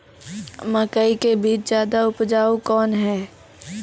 मकई के बीज ज्यादा उपजाऊ कौन है?